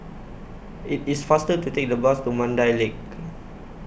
IT IS faster to Take The Bus to Mandai Lake